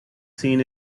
seen